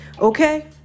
Okay